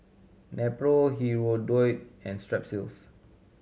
Nepro Hirudoid and Strepsils